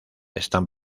están